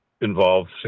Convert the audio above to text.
involved